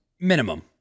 Minimum